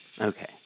Okay